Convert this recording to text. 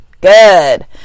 Good